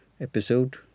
episode